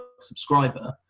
subscriber